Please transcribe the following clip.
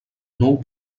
nou